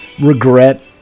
regret